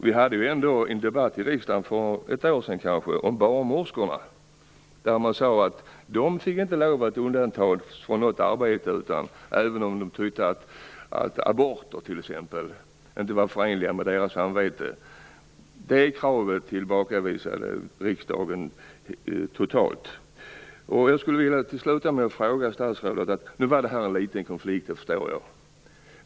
Vi hade en debatt i riksdagen för ett år sedan om barnmorskorna där man sade att barnmorskor inte fick lov att undantas från arbete även om de tyckte att aborter inte var förenliga med deras samvete. Deras krav tillbakavisade riksdagen totalt. Jag skulle vilja sluta med att ställa en fråga till statsrådet. Nu var det här en liten konflikt.